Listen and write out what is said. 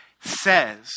says